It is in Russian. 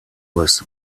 вас